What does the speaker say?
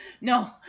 No